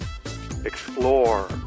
explore